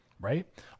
right